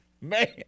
Man